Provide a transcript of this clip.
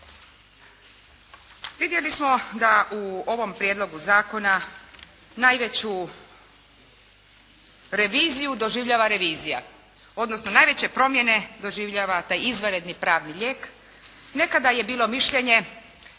Vidjeli smo da u ovom prijedlogu zakona najveću reviziju doživljava revizija odnosno najveće promjene doživljava taj izvanredni pravni lijek. Nekada je bilo mišljenje